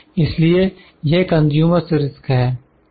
इसलिए यह consumers risk consumer's risk है